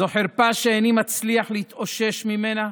זו חרפה שאיני מצליח להתאושש ממנה,